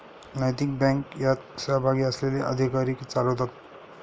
नैतिक बँक यात सहभागी असलेले अधिकारी चालवतात